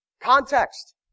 Context